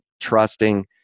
trusting